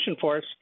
force